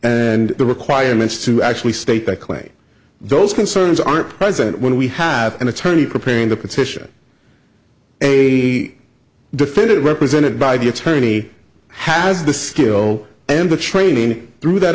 and the requirements to actually state that clay those concerns are present when we have an attorney preparing the petition a defendant represented by the attorney has the skill and the training through that